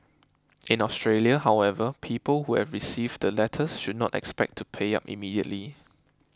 in Australia however people who have received the letters should not expect to pay up immediately